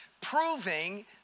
proving